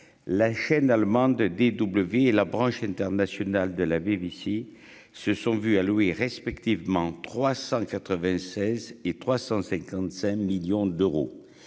la chaîne allemande des doubles vies et la branche internationale de la BBC se sont vus allouer respectivement 396 et 355 millions d'euros,